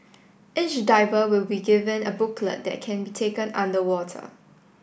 each diver will be given a booklet that can be taken underwater